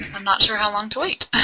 i'm not sure how long to wait.